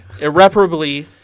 Irreparably